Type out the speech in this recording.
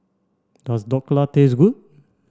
does Dhokla taste good